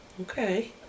Okay